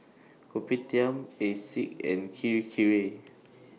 Kopitiam Asics and Kirei Kirei